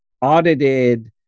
audited